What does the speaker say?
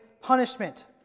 punishment